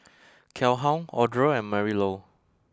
Calhoun Audra and Marylou